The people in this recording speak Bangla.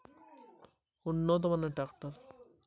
গম কাটার জন্য কি ধরনের ট্রাক্টার লাগে?